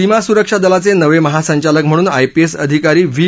सीमा सुरक्षा दलाचे नवे महासंचालक म्हणून आयपीएस अधिकारी व्ही